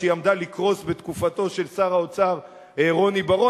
כשהיא עמדה לקרוס בתקופתו של שר האוצר רוני בר-און.